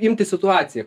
imti situaciją